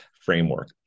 framework